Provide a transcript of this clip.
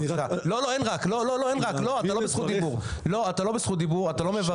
אני רק -- לא, אתה לא בזכות דיבור, אתה לא מברך.